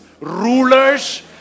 rulers